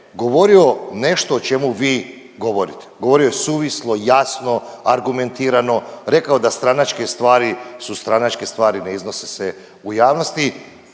govorio nešto o čemu vi govorite. Govorio je suvislo, jasno, argumentirano rekao da stranačke stvari su stranačke stvari ne iznose se u javnosti.